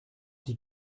die